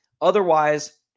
Otherwise